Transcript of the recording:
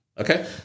Okay